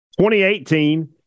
2018